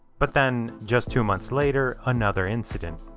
but then, just two months later, another incident.